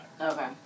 Okay